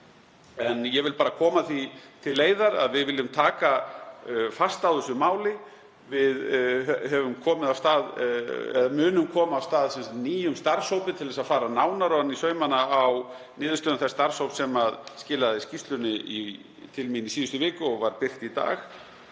en ég vil bara koma því til leiðar að við viljum taka fast á þessu máli. Við munum koma af stað nýjum starfshópi til að fara nánar ofan í saumana á niðurstöðum þess starfshóps sem skilaði skýrslunni til mín í síðustu viku og var birt í dag.